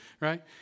right